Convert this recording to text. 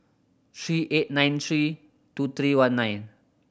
three eight nine three two three one nine